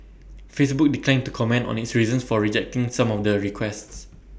Facebook declined to comment on its reasons for rejecting some of the requests